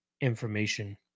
information